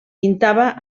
pintava